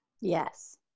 Yes